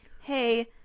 Hey